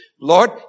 Lord